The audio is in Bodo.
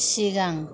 सिगां